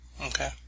Okay